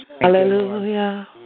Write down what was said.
Hallelujah